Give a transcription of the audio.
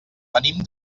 venim